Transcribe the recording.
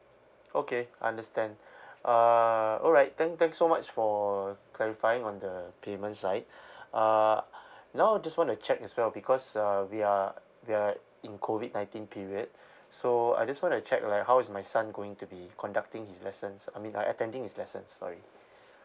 okay understand uh all right thank thanks so much for clarifying on the payment side uh now just want to check as well because uh we are we are in COVID nineteen period so I just want to check like how is my son going to be conducting his lessons I mean uh attending his lessons sorry